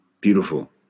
beautiful